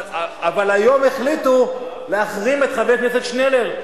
אבל היום החליטו להחרים את חבר הכנסת שנלר,